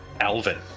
Alvin